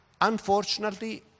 unfortunately